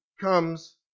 comes